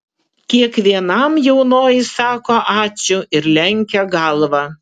kiekvienam jaunoji sako ačiū ir lenkia galvą